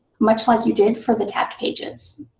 much like you did for the tag pages.